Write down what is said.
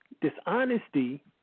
dishonesty